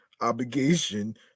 obligation